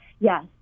Yes